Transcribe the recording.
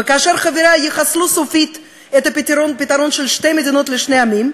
וכאשר חבריה יחסלו סופית את פתרון שתי המדינות לשני עמים,